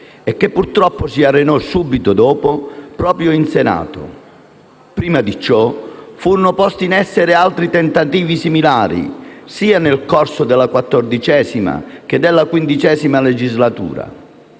che purtroppo si arenò subito dopo, proprio in Senato. Prima di ciò furono posti in essere altri tentativi similari sia nel corso della XIV, che della XV legislatura.